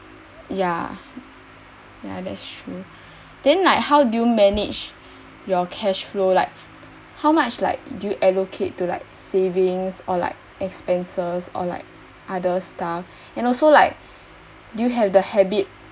ya ya that's true then like how do you manage your cash flow like how much like do you allocate to like savings or like expenses or like other stuff and also like do you have the habit